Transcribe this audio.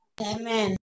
Amen